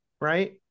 Right